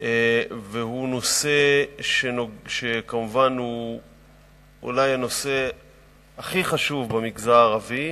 והוא כמובן הנושא הכי חשוב אולי במגזר הערבי,